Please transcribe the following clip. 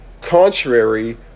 contrary